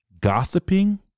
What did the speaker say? gossiping